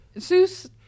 Zeus